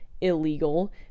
illegal